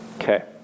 Okay